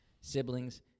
siblings